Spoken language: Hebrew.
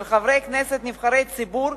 של חברי הכנסת נבחרי הציבור,